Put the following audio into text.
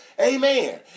Amen